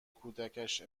کودکش